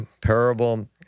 parable